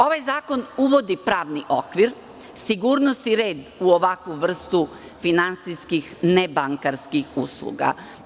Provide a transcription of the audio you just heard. Ovaj zakon uvodi pravni okvir, sigurnost i red u ovakvu vrstu finansijskih nebankarskih usluga.